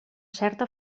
certa